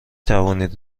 توانید